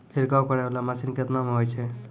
छिड़काव करै वाला मसीन केतना मे होय छै?